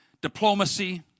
diplomacy